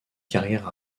carrière